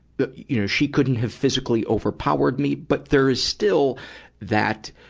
but, you know, she couldn't have physically overpowered me. but there's still that,